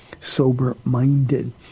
Sober-minded